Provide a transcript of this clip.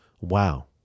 wow